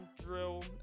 drill